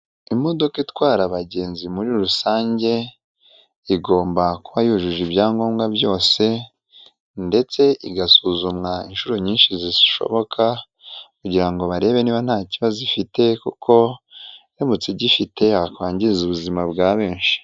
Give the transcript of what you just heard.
Imodoka itwara abagenzi muri rusange igomba kuba yujuje ibyangombwa byose ndetse igasuzumwa inshuro nyinshi zishoboka kugira ngo barebe niba nta kibazo ifite, kuko iramutse gifite yakwangiza ubuzima bwa benshi.